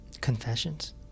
Confessions